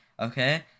Okay